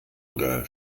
oder